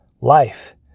Life